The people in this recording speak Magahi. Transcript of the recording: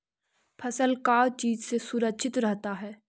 फसल का चीज से सुरक्षित रहता है?